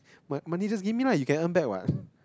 mon~ money just give me lah you can earn back what